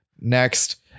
Next